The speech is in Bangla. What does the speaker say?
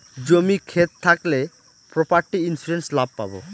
জমি ক্ষেত থাকলে প্রপার্টি ইন্সুরেন্স লাভ পাবো